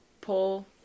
pull